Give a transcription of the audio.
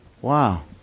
Wow